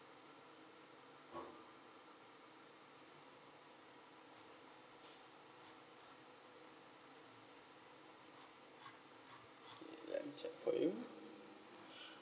yeah let me check for you